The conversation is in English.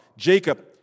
Jacob